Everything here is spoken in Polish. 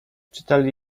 czytali